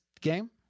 game